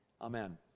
Amen